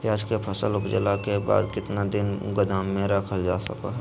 प्याज के फसल उपजला के बाद कितना दिन गोदाम में रख सको हय?